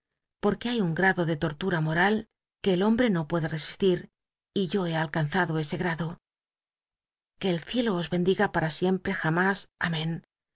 porque hay un grado de tortura moral que el hombre no puede resisli r y yo he alcanzado ese grado que el ciclo os bendiga por siempre jamás amen